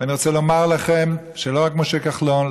אני רוצה לומר לכם שלא רק משה כחלון,